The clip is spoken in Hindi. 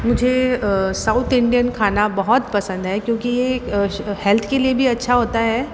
मुझे साउथ इंडियन खाना बहुत पसंद है क्योंकि यह हेल्थ के लिए भी अच्छा होता है